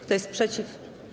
Kto jest przeciw?